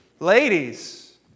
Ladies